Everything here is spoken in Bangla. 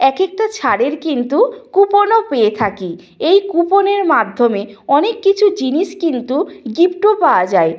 এক একটা ছাড়ের কিন্তু কুপনও পেয়ে থাকি এই কুপনের মাধ্যমে অনেক কিছু জিনিস কিন্তু গিফটও পাওয়া যায়